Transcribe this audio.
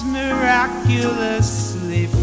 miraculously